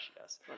yes